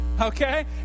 okay